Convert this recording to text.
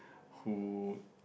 who